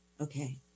Okay